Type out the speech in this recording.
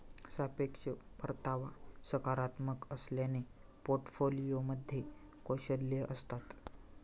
सापेक्ष परतावा सकारात्मक असल्याने पोर्टफोलिओमध्ये कौशल्ये असतात